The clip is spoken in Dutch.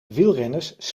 wielrenners